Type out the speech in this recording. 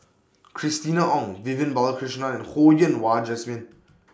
Christina Ong Vivian Balakrishnan and Ho Yen Wah Jesmine